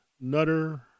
Nutter